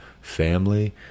family